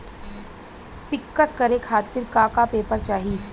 पिक्कस करे खातिर का का पेपर चाही?